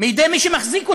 מידי מי שמחזיק אותו.